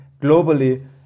globally